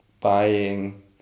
buying